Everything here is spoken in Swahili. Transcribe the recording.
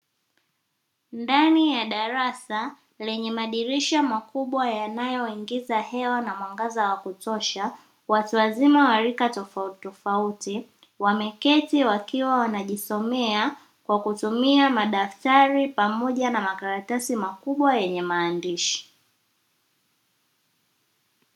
Ndani ya darasa lenye madirisha makubwa yanayoingiza hewa na mwangaza wa kutosha, watu wazima waarika tofautitofauti wameketi wakiwa wanajisomea kwa kutumia madaftari pamoja na makaratasi makubwa yenye maandishi.